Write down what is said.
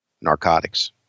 narcotics